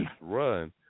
run